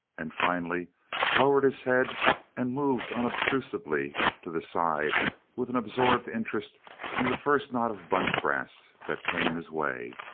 and finally lowered his head and moved unobtrusively to the side with an absorbed interest in the first knot of bunch-grass that came his way.